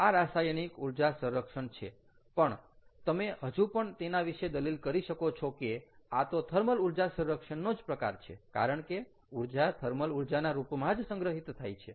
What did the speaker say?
આ રાસાયણિક ઊર્જા સંરક્ષણ છે પણ તમે હજુ પણ એના વિશે દલીલ કરી શકો છો કે આ તો થર્મલ ઊર્જા સંરક્ષણનો જ પ્રકાર છે કારણ કે ઊર્જા થર્મલ ઊર્જાના રૂપમાં જ સંગ્રહિત થાય છે